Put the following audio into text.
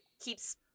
keeps